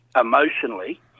emotionally